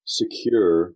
secure